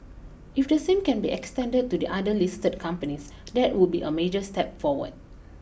if the same can be extended to the other listed companies that would be a major step forward